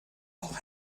auch